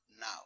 now